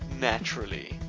naturally